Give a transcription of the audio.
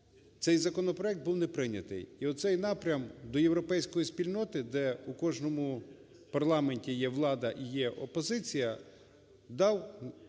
цей законопроект був не прийнятий. І оцей напрям до європейської спільноти, де у кожному парламенті є влада і є опозиція, дав